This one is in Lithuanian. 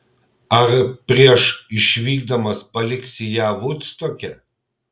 ar prieš išvykdamas paliksi ją vudstoke